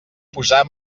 posar